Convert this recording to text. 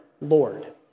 Lord